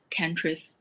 countries